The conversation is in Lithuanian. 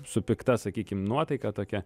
su pikta sakykim nuotaika tokia